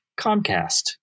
comcast